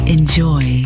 Enjoy